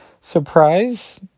surprise